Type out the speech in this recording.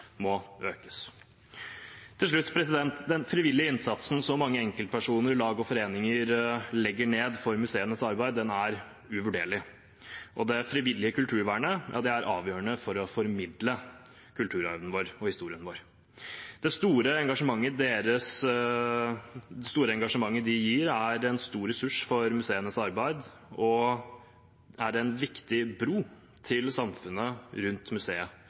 må økes. Til slutt: Den frivillige innsatsen så mange enkeltpersoner, lag og foreninger legger ned for museenes arbeid, er uvurderlig. Det frivillige kulturvernet er avgjørende for å formidle kulturarven og historien vår. Det store engasjementet her er en stor ressurs for museenes arbeid og en viktig bro til samfunnet rundt museet.